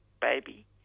baby